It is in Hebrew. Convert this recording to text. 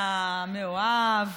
אתה מאוהב,